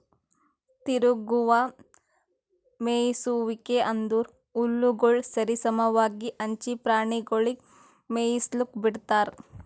ತಿರುಗುವ ಮೇಯಿಸುವಿಕೆ ಅಂದುರ್ ಹುಲ್ಲುಗೊಳ್ ಸರಿ ಸಮವಾಗಿ ಹಂಚಿ ಪ್ರಾಣಿಗೊಳಿಗ್ ಮೇಯಿಸ್ಲುಕ್ ಬಿಡ್ತಾರ್